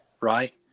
right